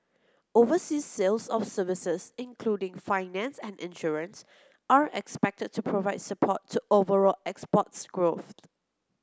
overseas sales of services including finance and insurance are expected to provide support to overall exports growth